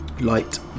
Light